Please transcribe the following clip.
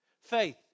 Faith